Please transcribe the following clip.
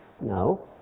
No